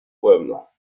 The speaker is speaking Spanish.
pueblo